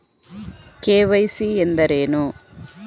KYC ಎಂದರೇನು?